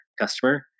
customer